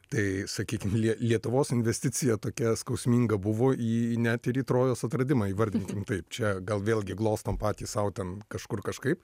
tai sakykim lie lietuvos investicija tokia skausminga buvo į net ir į trojos atradimą įvardinkime taip čia gal vėlgi glostom patys sau ten kažkur kažkaip